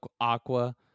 Aqua